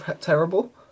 terrible